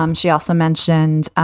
um she also mentioned,